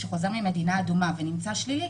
שחוזר ממדינה אדומה ונמצא שלילי,